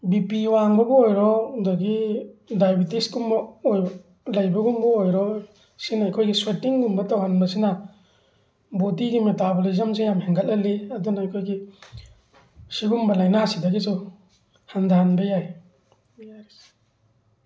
BP ꯋꯥꯡꯕꯕꯨ ꯑꯣꯏꯔꯣ ꯑꯗꯒꯤ ꯗꯥꯏꯕꯤꯇꯤꯁꯀꯨꯝꯕ ꯑꯣꯏꯕ ꯂꯩꯕꯒꯨꯝꯕ ꯑꯣꯏꯔꯣ ꯁꯤꯅ ꯑꯩꯈꯣꯏꯒꯤ ꯁ꯭ꯋꯦꯇꯤꯡꯒꯨꯝꯕ ꯇꯧꯍꯟꯕꯁꯤꯅ ꯕꯣꯗꯤꯒꯤ ꯃꯦꯇꯥꯕꯣꯂꯤꯖꯝꯁꯦ ꯌꯥꯝ ꯍꯦꯟꯒꯠꯍꯜꯂꯤ ꯑꯗꯨꯅ ꯑꯩꯈꯣꯏꯒꯤ ꯁꯤꯒꯨꯝꯕ ꯂꯥꯏꯅꯥꯁꯤꯗꯒꯤꯁꯨ ꯍꯟꯊꯍꯟꯕ ꯌꯥꯏ ꯌꯥꯔꯦꯁꯦ